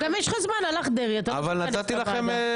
גם יש לך זמן, הלך דרעי --- נתתי לכם זמן.